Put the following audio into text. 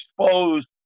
exposed